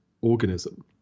organism